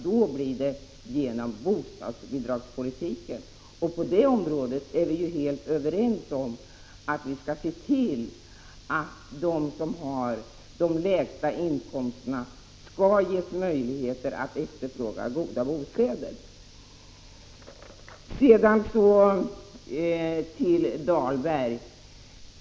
Då måste man använda bostadsbidragspolitiken. Och vi är ju helt överens om att vi skall se till att de som har de lägsta inkomsterna skall ges möjlighet att efterfråga goda bostäder. Sedan till Rolf Dahlberg.